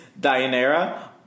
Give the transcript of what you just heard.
Dianera